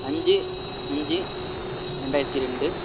அஞ்சு அஞ்சு ரெண்டாயிரத்து ரெண்டு